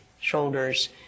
shoulders